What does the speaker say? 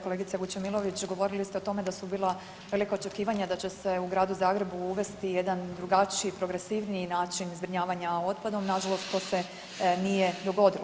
Kolegice Vučemilović govorili ste o tome da su bila velika očekivanja da će se u Gradu Zagrebu uvesti jedan drugačiji progresivniji način zbrinjavanja otpadom, nažalost to se nije dogodilo.